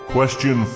Question